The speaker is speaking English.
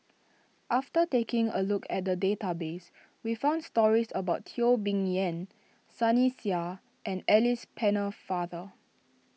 after taking a look at the database we found stories about Teo Bee Yen Sunny Sia and Alice Pennefather